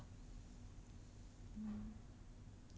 mm